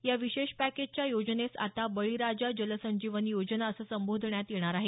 या विशेष पॅकेजच्या योजनेस आता बळीराजा जलसंजीवनी योजना असं संबोधण्यात येणार आहे